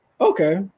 Okay